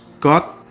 God